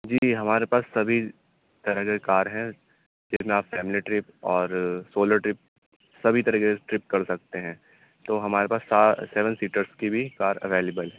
جی ہمارے پاس سبھی طرح کے کار ہیں جن میں آپ فیملی ٹرپ اور سولو ٹرپ سبھی طرح کے ٹرپ کر سکتے ہیں تو ہمارے پاس سات سیون سیٹر کی بھی کار اویلیبل ہے